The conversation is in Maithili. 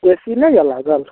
ए सी नहि यऽ लागल